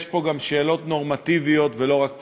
יש פה גם שאלות נורמטיביות, לא רק פליליות.